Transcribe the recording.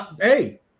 hey